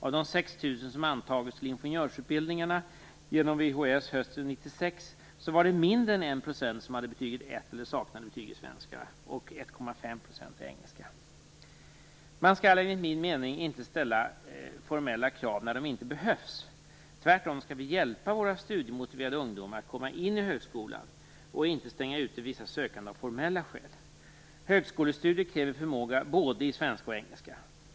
Av de 6 000 som antagits till ingenjörsutbildningarna genom VHS hösten 1996 var det mindre än 1 % som hade betyget 1 eller saknade betyg i svenska och 1,5 % i engelska. Man skall enligt min mening inte ställa formella krav när det inte behövs. Tvärtom skall vi hjälpa våra studiemotiverade ungdomar att komma in i högskolan och inte stänga ute vissa sökande av formella skäl. Högskolestudier kräver förmåga både i svenska och engelska.